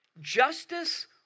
Justice